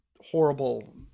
horrible